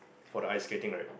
for the ice skating right